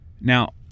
Now